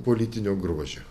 politinio grožio